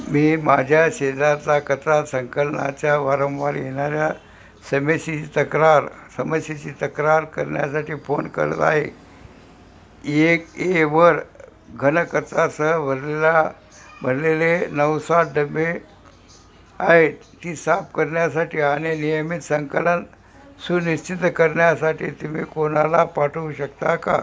मी माझ्या शेजारचा कचरा संकलनाच्या वारंवार येणाऱ्या समस्येची तक्रार समस्येची तक्रार करण्यासाठी फोन करत आहे एक एवर घनकचरासह भरलेला भरलेले नऊ सात डबे आहेत ती साफ करण्यासाठी आणि नियमित संकलन सुनिश्चित करण्यासाठी तुम्ही कोणाला पाठवू शकता का